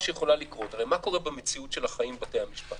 הרי מה קורה במציאות של החיים בבתי המשפט?